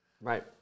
Right